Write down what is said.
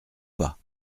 pas